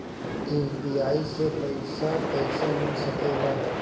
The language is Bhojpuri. यू.पी.आई से पइसा कईसे मिल सके ला?